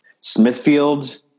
Smithfield